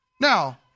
Now